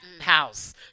House